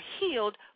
healed